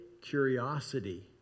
curiosity